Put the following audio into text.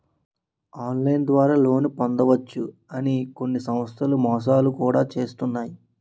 online ద్వారా loan పొందవచ్చు అని కొన్ని సంస్థలు మోసాలు కూడా చేస్తున్నాయి